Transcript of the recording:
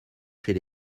chez